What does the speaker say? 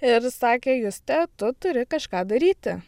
ir sakė juste tu turi kažką daryti